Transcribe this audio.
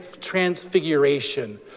transfiguration